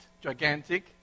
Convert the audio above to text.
Gigantic